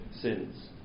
sins